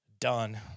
done